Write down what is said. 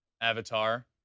avatar